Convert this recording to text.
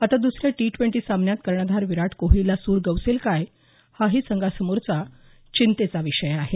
आता द्सऱ्या T twenty सामन्यात कर्णधार विराट कोहलीला सूर गवसेल काय हाही संघासमोरचा चिंतेचा विषय आहे